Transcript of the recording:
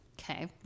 Okay